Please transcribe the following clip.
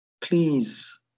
Please